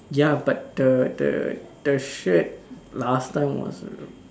ya but the the the shirt last time was